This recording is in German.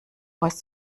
voice